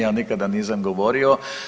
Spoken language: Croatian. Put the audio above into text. Ja nikada nisam govorio.